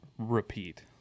repeat